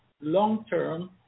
long-term